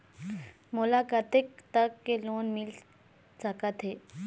मोला कतेक तक के लोन मिल सकत हे?